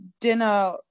dinner